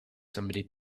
somebody